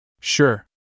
Sure